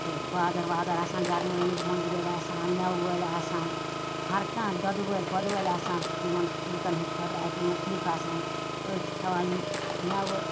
تہٕ بازَر وازَر آسان گَرمٲے مٕتۍ مۄنٛجگٕرۍ آسان میٚوٕ وٲلۍ آسان ہر کانٛہہ دۄدٕ وٲلۍ پۄدٕ وٲلۍ آسان یِمَن لُکَن ہٕنٛدۍ خٲطرٕ اَتہِ مہَ چھِ لُکھ آسان أڈۍ چھِ کھیٚوان یِم میٚوٕ